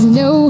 no